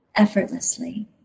effortlessly